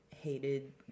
hated